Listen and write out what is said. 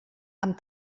amb